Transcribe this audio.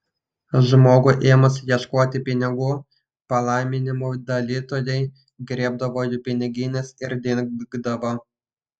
žmogui ėmus ieškoti pinigų palaiminimų dalytojai griebdavo jų pinigines ir dingdavo